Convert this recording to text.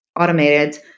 automated